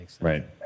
Right